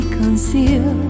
conceal